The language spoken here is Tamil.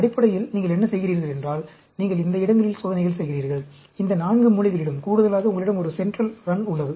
அடிப்படையில் நீங்கள் என்ன செய்கிறீர்கள் என்றால் நீங்கள் இந்த இடங்களில் சோதனைகள் செய்கிறீர்கள் இந்த 4 மூலைகளிலும் கூடுதலாக உங்களிடம் ஒரு சென்ட்ரல் ரன் உள்ளது